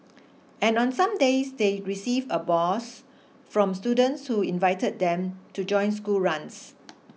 and on some days they receive a boost from students who invited them to join school runs